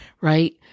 right